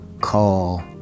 call